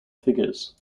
figures